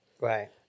Right